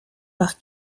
par